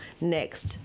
next